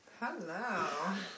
Hello